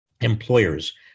employers